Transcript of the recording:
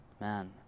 Man